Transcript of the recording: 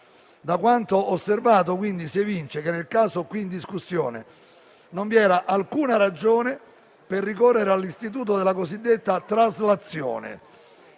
Da quanto osservato, quindi, si evince che nel caso in discussione non vi era alcuna ragione per ricorrere all'istituto della cosiddetta traslazione,